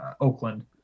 Oakland